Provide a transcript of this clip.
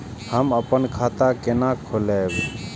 हम अपन खाता केना खोलैब?